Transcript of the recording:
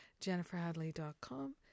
jenniferhadley.com